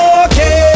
okay